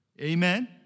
Amen